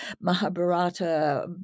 Mahabharata